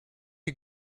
you